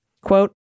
Quote